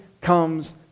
comes